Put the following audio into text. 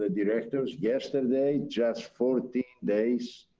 ah directors, yesterday, just fourteen days